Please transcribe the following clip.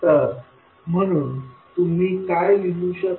तर म्हणून तुम्ही काय लिहू शकता